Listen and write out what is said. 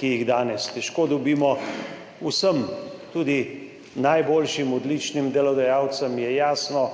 ki jih danes težko dobimo. Vsem, tudi najboljšim, odličnim delodajalcem, je jasno,